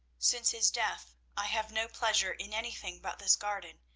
since his death i have no pleasure in anything but this garden,